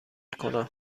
کنم